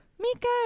Mika